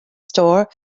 store